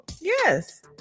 yes